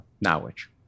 knowledge